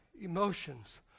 emotions